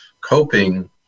coping